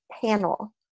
panel